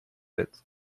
être